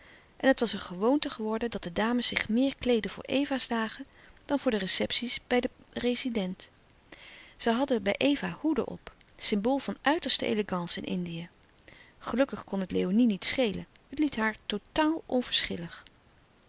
en het was een gewoonte geworden dat de dames zich meer kleedden voor eva's dagen dan voor de receptie's bij den rezident zij hadden bij eva hoeden op symbool van uiterste elegance in indië gelukkig kon het léonie niet schelen het liet haar totaal